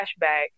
flashback